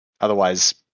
otherwise